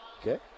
okay